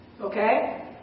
Okay